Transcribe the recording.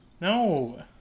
No